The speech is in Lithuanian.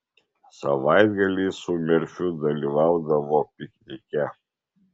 savaitgaliais su merfiu dalyvaudavo piknike